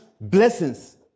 blessings